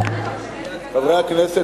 חברי הכנסת,